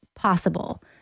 possible